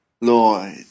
Lloyd